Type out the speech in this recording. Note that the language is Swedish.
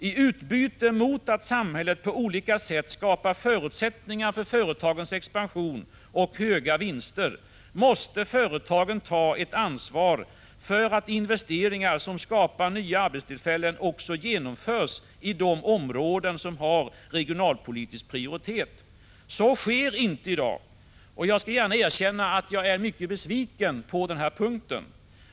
I utbyte mot att samhället på olika sätt skapar förutsättningar för företagens expansion och höga vinster måste företagen ta ett ansvar för att investeringar som skapar nya arbetstillfällen också genomförs i de områden som har regionalpolitisk prioritet. Så sker inte i dag. Jag skall gärna erkänna att jag är mycket besviken på denna punkt.